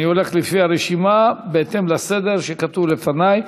אני הולך לפי הרשימה, בהתאם לסדר שכתוב לפני.